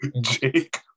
Jake